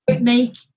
make